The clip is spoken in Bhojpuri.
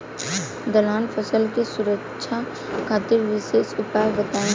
दलहन फसल के सुरक्षा खातिर विशेष उपाय बताई?